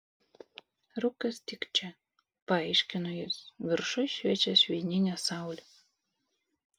rūkas tik čia paaiškino jis viršuj šviečia švininė saulė